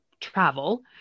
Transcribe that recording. travel